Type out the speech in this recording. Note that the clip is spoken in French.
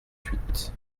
huit